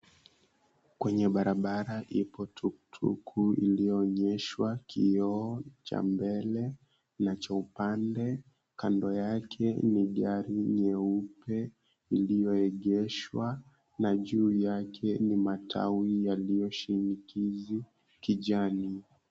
Kwenye barabara iko tuktuk iliyoonyeshwa kioo cha mbele na cha upande. Kando yake ni gari nyeupe iliyoegeshwa na juu yake ni matawi yaliyoshinikizi kijani.